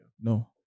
No